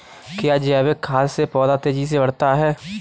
क्या जैविक खाद से पौधा तेजी से बढ़ता है?